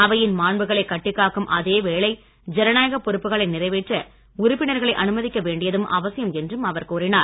அவையின் மாண்புகளை கட்டிக்காக்கும் அதே வேளை ஜனநாயக பொறுப்புகளை நிறைவேற்ற உறுப்பினர்களை அனுமதிக்க வேண்டியதும் அவசியம் என்றும் அவர் கூறினார்